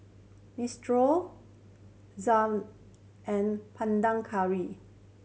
Minestrone and Panang Curry